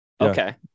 Okay